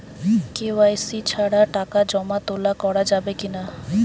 KYC ছাড়া টাকা জমা তোলা করা যাবে কি না?